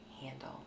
handle